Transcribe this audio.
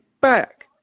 back